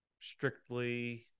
Strictly